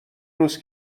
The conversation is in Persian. روز